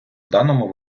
даному